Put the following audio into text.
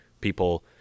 people